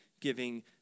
giving